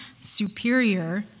superior